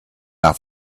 not